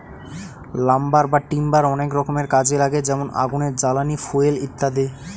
lumber বা timber অনেক রকমের কাজে লাগে যেমন আগুনের জ্বালানি, ফুয়েল ইত্যাদি